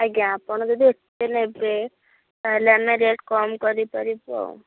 ଆଜ୍ଞା ଆପଣ ଯଦି ଏତେ ନେବେ ତା'ହେଲେ ଆମେ ରେଟ୍ କମ୍ କରିପାରିବୁ ଆଉ